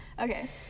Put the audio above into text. Okay